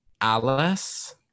Alice